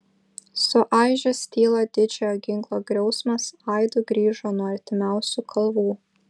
suaižęs tylą didžiojo ginklo griausmas aidu grįžo nuo artimiausių kalvų